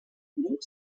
grup